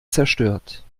zerstört